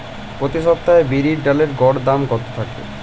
প্রতি সপ্তাহে বিরির ডালের গড় দাম কত থাকে?